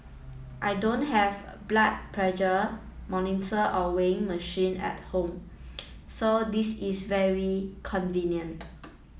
I don't have a blood pressure monitor or weighing machine at home so this is very convenient